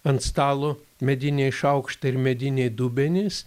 ant stalo mediniai šaukštai ir mediniai dubenys